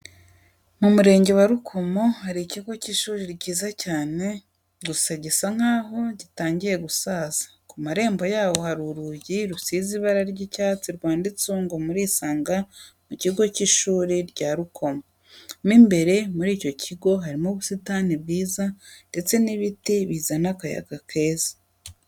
Mu murenge wa Rukomo hari ikigo cy'ishuri cyiza cyane gusa gisa nkaho gitangiye gusaza, ku marembo yaho hari urugi rusize ibara ry'icyatsi rwanditseho ngo murisanga mu kigo cy'ishuri cya Rukomo. Mo imbere muri icyo kigo harimo ubusitani bwiza ndetse n'ibiti bizana akayaga keza.